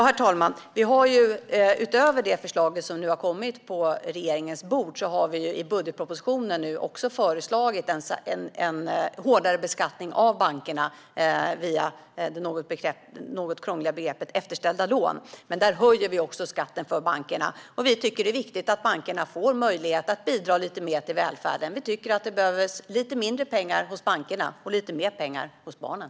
Herr talman! Utöver det förslag som nu har lagts på regeringens bord har vi i budgetpropositionen också föreslagit en hårdare beskattning av bankerna via det något krångliga begreppet efterställda lån. Där höjer vi skatterna för bankerna. Vi tycker att det är viktigt att bankerna får möjlighet att bidra lite mer till välfärden. Vi tycker att det behövs lite mindre pengar hos bankerna och lite mer pengar hos barnen.